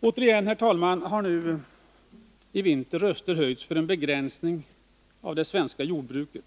Återigen, herr talman, har i vinter röster höjts för en begränsning av det svenska jordbruket.